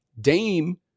Dame